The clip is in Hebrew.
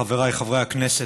חבריי חברי הכנסת,